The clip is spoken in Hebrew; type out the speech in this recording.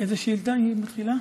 באיזו שאילתה היא מתחילה?